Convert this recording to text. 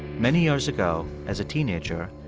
many years ago, as a teenager,